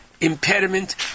impediment